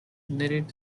knitted